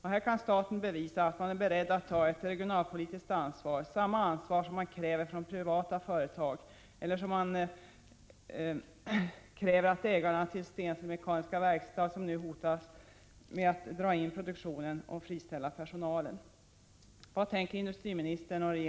Här kan staten bevisa att man är beredd att ta ett regionalpolitiskt ansvar, samma ansvar som man kräver av privata företag, t.ex. av ägarna till Stensele Mekaniska Verkstad, som nu hotar med att dra in produktionen och friställa personal.